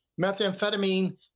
Methamphetamine